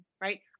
right